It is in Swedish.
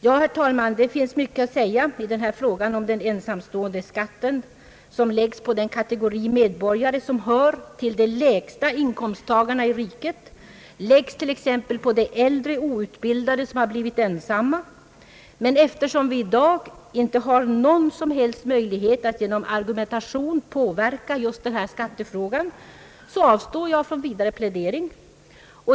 Ja, herr talman, det finns mycket att säga i denna fråga om denna ensamståendeskatt som läggs på en kategori medborgare som hör till de lägsta inkomsttagarna i riket, läggs på t.ex. äldre outbildade som blivit ensamma. Men eftersom i dag ingen som helst argumentation kan påverka just den här skattefrågan, avstår jag från vidare plädering.